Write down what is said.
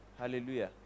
Hallelujah